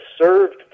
served